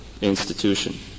institution